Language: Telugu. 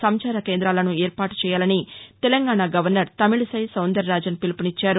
సంచార కేందాలనూ ఏర్పాటు చేయాలని తెలంగాణ గవర్నర్ తమిళిసై సౌందరరాజన్ పిలుపునిచ్చారు